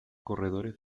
corredores